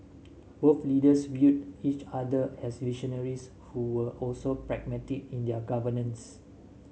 both leaders viewed each other as visionaries who were also pragmatic in their governance